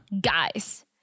Guys